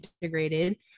integrated